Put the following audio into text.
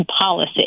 policy